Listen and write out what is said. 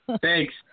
Thanks